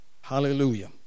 hallelujah